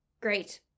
great